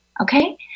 Okay